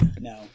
no